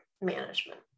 management